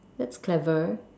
that's clever